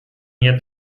nie